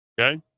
Okay